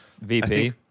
VP